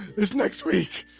it's next week!